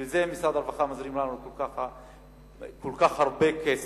בשביל זה משרד הרווחה מזרים לנו כל כך הרבה כסף.